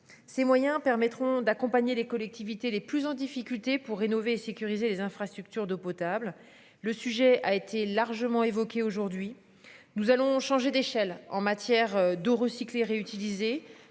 Ces moyens permettront d'accompagner les collectivités les plus en difficulté pour rénover et sécuriser les infrastructures d'eau potable. Le sujet a été largement évoquée. Aujourd'hui, nous allons changer d'échelle en matière de recycler, réutiliser